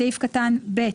בסעיף קטן (ב),